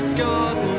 garden